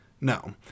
No